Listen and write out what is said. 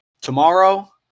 tomorrow